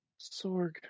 Sorg